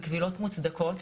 בקבילות מוצדקות.